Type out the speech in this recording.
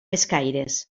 escaires